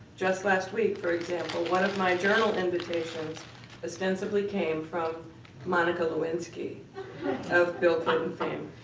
just last week, for example, one of my journal invitations ostensibly came from monica lewinsky of bill clinton fame.